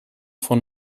von